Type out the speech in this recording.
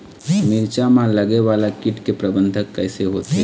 मिरचा मा लगे वाला कीट के प्रबंधन कइसे होथे?